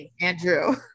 Andrew